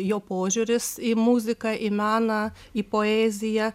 jo požiūris į muziką į meną į poeziją